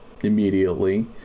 immediately